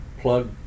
plug